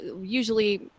usually